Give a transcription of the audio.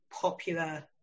popular